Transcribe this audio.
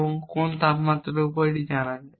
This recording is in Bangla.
এবং কোন তাপমাত্রার উপর এটি জানা যায়